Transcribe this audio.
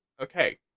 okay